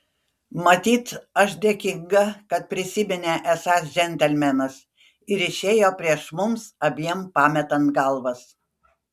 matyt aš dėkinga kad prisiminė esąs džentelmenas ir išėjo prieš mums abiem pametant galvas